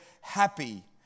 happy